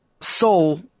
soul